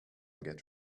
get